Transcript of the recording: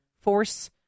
Force